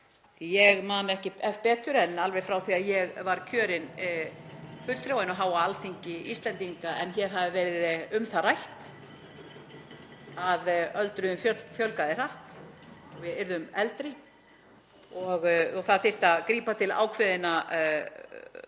Ég man ekki betur en að alveg frá því að ég var kjörinn fulltrúi á hinu háa Alþingi Íslendinga hafi verið um það rætt að öldruðum fjölgaði hratt, að við yrðum eldri og því þyrfti að grípa til ákveðinna